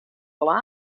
wol